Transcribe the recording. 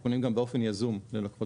אנחנו פונים גם באופן יזום ללקוחות